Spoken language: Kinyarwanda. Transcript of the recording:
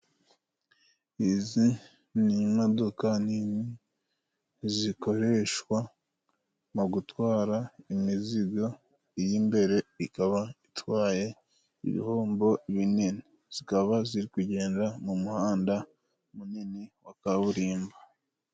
Izi ni imodoka nini zikoreshwa mu gutwara imizigo. Iy'imbere ikaba itwaye ibihombo binini. Zikaba ziri kugenda mu muhanda munini wa kaburimbo.